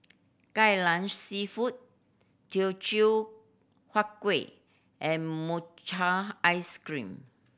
Kai Lan Seafood Teochew Huat Kueh and mochi ice cream